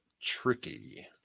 tricky